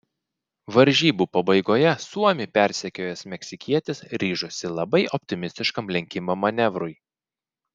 varžybų pabaigoje suomį persekiojęs meksikietis ryžosi labai optimistiškam lenkimo manevrui